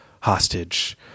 hostage